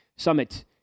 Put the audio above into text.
Summit